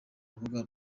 rubuga